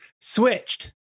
switched